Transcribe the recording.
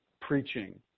preaching